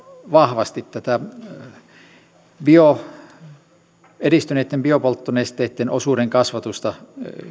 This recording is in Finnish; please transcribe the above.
vahvasti tätä edistyneitten biopolttonesteitten osuuden kasvatusta